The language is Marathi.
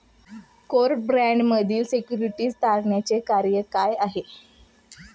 कोर्ट बाँडमधील सिक्युरिटीज तारणाचे कार्य काय आहे?